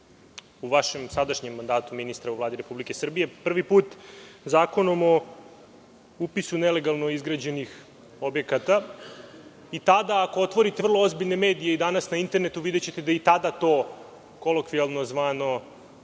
u vašem sadanjem mandatu ministra u Vladi Republike Srbije. Prvi put Zakonom o upisu nelegalno izgrađenih objekata i tada ako otvorite vrlo ozbiljne medije i danas na internetu videćete da je i tada to kolokvijalno zvano